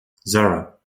zero